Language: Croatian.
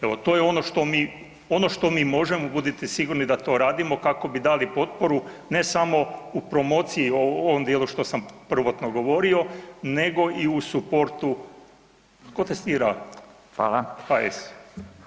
Evo, to je ono što mi možemo, budite sigurni da to radimo kako bi dali potporu, ne samo u promociji ovom dijelu što sam prvotno govorio, nego i u suportu tko testira, HS.